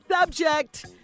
Subject